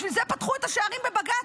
בשביל זה פתחו את השערים בבג"ץ.